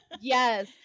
Yes